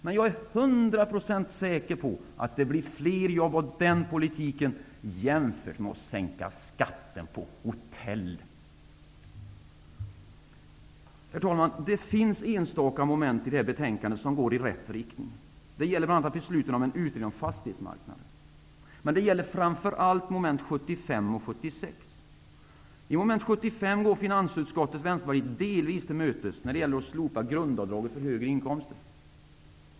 Men jag är hundraprocentigt säker på att det blir fler jobb med den politiken jämfört med en skattesänkning för hotellvistelse. Herr talman! Det finns enstaka moment i detta betänkande som går i rätt riktning. Det gäller bl.a. Men det gäller framför allt mom. 75 och 76. Finansutskottet går i mom. 75 Vänsterpartiet delvis tillmötes när det gäller att slopa grundavdraget vid högre inkomster.